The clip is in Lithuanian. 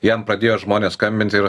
jam pradėjo žmonės skambinti ir